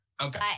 Okay